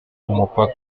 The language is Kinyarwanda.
umupaka